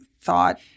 thought